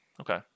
Okay